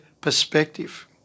perspective